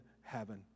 heaven